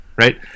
right